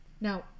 now